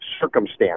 circumstance